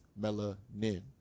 melanin